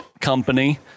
Company